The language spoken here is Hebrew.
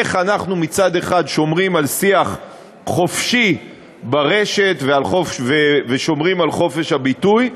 איך אנחנו מצד אחד שומרים על שיח חופשי ברשת ושומרים על חופש הביטוי,